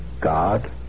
God